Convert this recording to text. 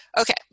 Okay